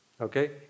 Okay